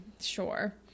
sure